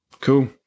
Cool